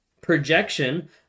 projection